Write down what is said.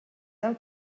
del